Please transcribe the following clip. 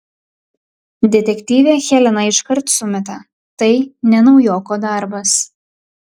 detektyvė helena iškart sumeta tai ne naujoko darbas